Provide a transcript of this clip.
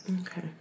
Okay